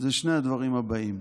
זה שני הדברים הבאים: